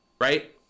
right